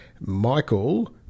Michael